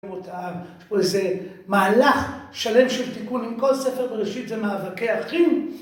...או איזה מהלך שלם של תיקון עם כל ספר בראשית זה מאבקי אחים